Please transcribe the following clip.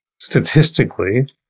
statistically